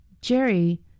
Jerry